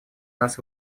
нас